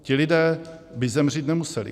Ti lidé by zemřít nemuseli.